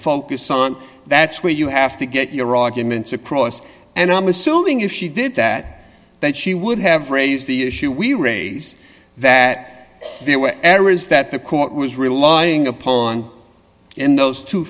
focus on that's where you have to get your arguments across and i'm assuming if she did that that she would have raised the issue we raised that there were errors that the court was relying upon in those two